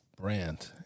brand